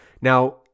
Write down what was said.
Now